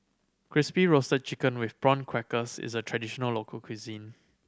Crispy Roasted Chicken with Prawn Crackers is a traditional local cuisine